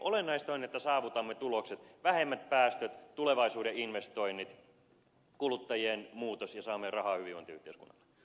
olennaista on että saavutamme tulokset vähemmän päästöjä tulevaisuuden investoinnit kulutusmuutokset ja saamme rahaa hyvinvointiyhteiskunnalle